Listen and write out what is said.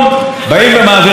ואני רוצה לברך אותך,